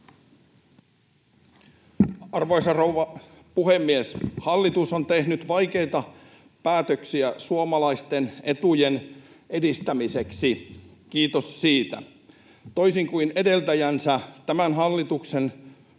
Arvoisa rouva puhemies! Hallitus on tehnyt vaikeita päätöksiä suomalaisten etujen edistämiseksi — kiitos siitä. Toisin kuin edeltäjänsä, tämän hallituksen